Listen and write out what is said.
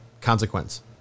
consequence